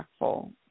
impactful